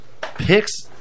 picks